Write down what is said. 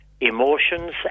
emotions